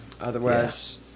Otherwise